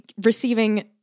receiving